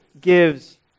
gives